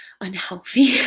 unhealthy